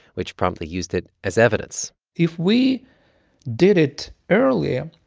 which promptly used it as evidence if we did it earlier,